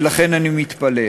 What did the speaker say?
ולכן אני מתפלא.